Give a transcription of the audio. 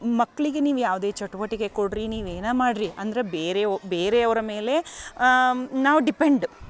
ಮಕ್ಕಳಿಗೆ ನೀವು ಯಾವುದೇ ಚಟುವಟಿಕೆ ಕೊಡಿರಿ ನೀವು ಏನೇ ಮಾಡಿರಿ ಅಂದ್ರೆ ಬೇರೆ ವೊ ಬೇರೆಯವರ ಮೇಲೆ ನಾವು ಡಿಪೆಂಡ್